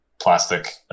plastic